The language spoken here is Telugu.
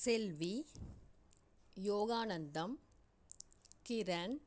సెల్వి యోగానందం కిరణ్